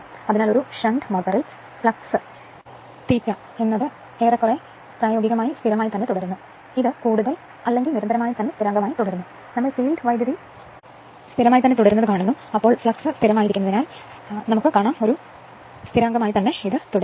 അതിനാൽ ഒരു ഷണ്ട് മോട്ടോറിൽ ഫ്ലക്സ് more കൂടുതലോ കുറവോ പ്രായോഗികമായി സ്ഥിരമാണ് ഇത് കൂടുതൽ അല്ലെങ്കിൽ നിരന്തരമായ സ്ഥിരാങ്കമാണ് നമ്മൾ ഫീൽഡ് കറന്റ് കൂടുതൽ അസ്ഥിര സ്ഥിരത കാണുന്നു അതിനാൽ ഫ്ലൂക്സ് സ്ഥിരമായതിനാൽ ഫ്ലക്സ് ഒരു സ്ഥിരാങ്കമാണ്